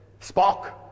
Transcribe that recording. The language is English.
Spock